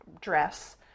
dress